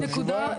רגע, עוד נקודה.